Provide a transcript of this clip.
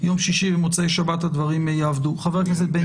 אבל בהסתכלות המרחבית הסגירה של מתחם כלשהו,